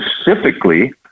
specifically